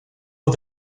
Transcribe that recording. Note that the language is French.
the